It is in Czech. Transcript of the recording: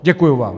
Děkuju vám.